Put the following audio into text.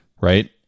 right